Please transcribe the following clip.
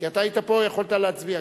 כי אתה היית פה, יכולת להצביע.